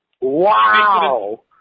Wow